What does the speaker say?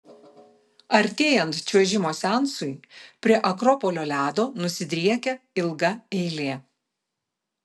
artėjant čiuožimo seansui prie akropolio ledo nusidriekia ilga eilė